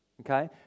okay